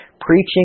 Preaching